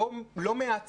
לא מעט צעירים,